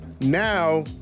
Now